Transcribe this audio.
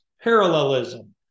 parallelism